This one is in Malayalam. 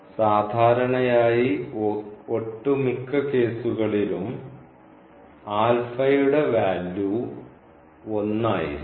സാധാരണയായി ഒട്ടു മിക്ക കേസുകളിലും യുടെ വാല്യൂ 1 ആയിരിക്കും